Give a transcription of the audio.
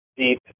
deep